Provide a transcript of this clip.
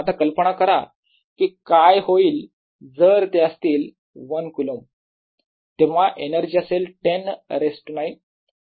आता कल्पना करा कि काय होईल जर ते असतील 1 कुलम चे तेव्हा एनर्जी असेल 10 रेज टू 9